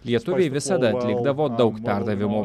lietuviai visada atlikdavo daug perdavimų